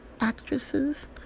actresses